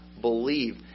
believe